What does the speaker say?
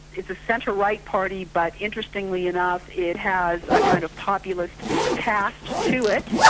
it's a centre right party but interestingly enough it has a kind of populist cast to it.